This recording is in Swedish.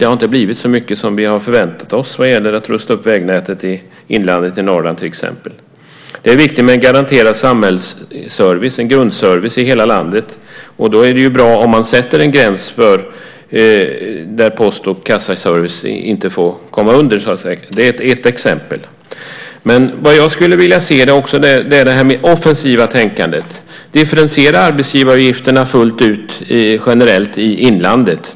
Det har inte blivit så mycket som vi har förväntat oss vad gäller att rusta upp vägnätet i inlandet i Norrland till exempel. Det är viktigt med en garanterad samhällsservice, en grundservice, i hela landet. Då är det bra om man sätter en gräns som post och kassaservice inte får gå under. Det är ett exempel. Det jag skulle vilja se är det offensiva tänkandet. Differentiera arbetsgivaravgifterna fullt ut generellt i inlandet!